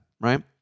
right